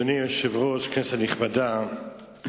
אדוני היושב-ראש, כנסת נכבדה,